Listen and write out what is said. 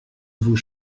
vous